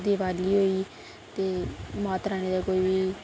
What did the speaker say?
दिवाली होई गेई ते माता रानी दा कोई बी